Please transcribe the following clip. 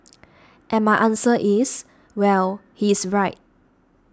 and my answer is well he's right